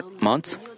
months